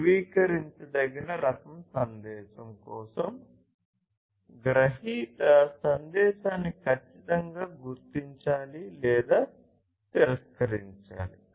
ధృవీకరించదగిన రకం సందేశం కోసం గ్రహీత సందేశాన్ని ఖచ్చితంగా గుర్తించాలి లేదా తిరస్కరించాలి